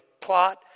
plot